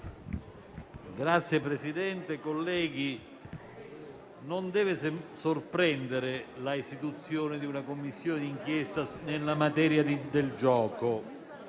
Signor Presidente, colleghi, non deve sorprendere l'istituzione di una Commissione di inchiesta nella materia del gioco.